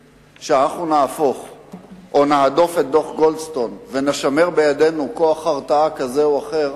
שנהדוף את דוח- גולדסטון ונשמר בידינו כוח הרתעה כזה או אחר,